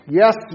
yes